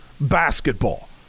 basketball